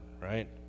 right